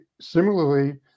similarly